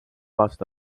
aasta